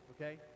okay